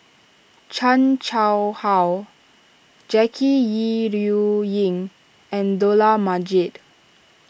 Chan Chang How Jackie Yi Ru Ying and Dollah Majid